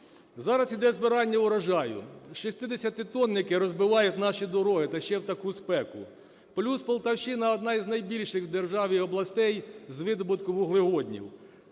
Зараз іде збирання врожаю, 60-тонники розбивають наші дороги, та ще й у таку спеку, плюс Полтавщина – одна з найбільших держав і областей з видобутку вуглеводнів.